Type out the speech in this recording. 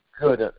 good